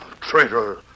traitor